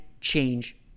change